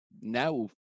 now